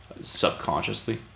subconsciously